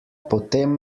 potem